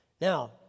Now